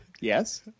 Yes